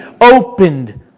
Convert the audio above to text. opened